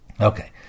Okay